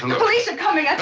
the police are coming!